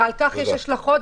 ועל כך יש השלכות,